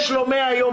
איסור פיטורים,